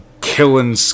killing